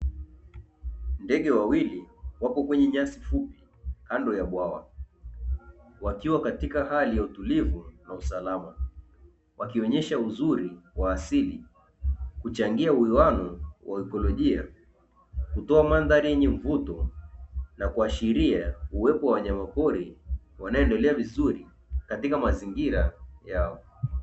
Ndege wawili wapo kwenye nyasi fupi kando ya bwawa wakiwa katika hali ya utulivu na usalama, wakionyesha uzuri wa asili kuchangia uiano wa ikolojia kutoa mandhari yenye mvuto na kuashiria uwepo wa wanyama pori wanaoendela vizuri katika mazingira yao.